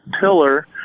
pillar